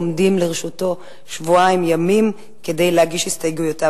עומדים לרשותו שבועיים ימים כדי להגיש את הסתייגויותיו.